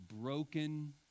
broken